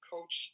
Coach